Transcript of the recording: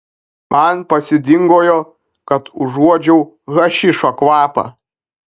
man pasidingojo kad užuodžiau hašišo kvapą